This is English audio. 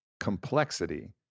complexity